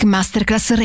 Masterclass